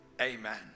Amen